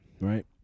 right